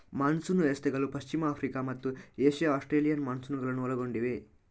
monsoon ವ್ಯವಸ್ಥೆಗಳು ಪಶ್ಚಿಮ Africa ಮತ್ತು ಏಷ್ಯಾ ಆಸ್ಟ್ರೇಲಿಯನ್ ಮಾನ್ಸೂನುಗಳನ್ನು ಒಳಗೊಂಡಿವೆ